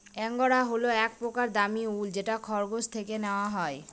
angora হল এক প্রকার দামী উল যেটা খরগোশ থেকে নেওয়া হয়